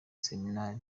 seminari